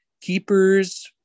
Keepers